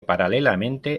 paralelamente